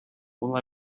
all